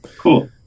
cool